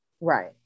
Right